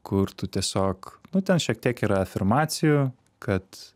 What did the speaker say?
kur tu tiesiog nu ten šiek tiek yra afirmacijų kad